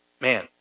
man